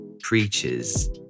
preaches